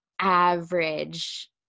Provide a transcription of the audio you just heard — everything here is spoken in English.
average